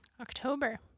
October